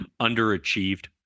underachieved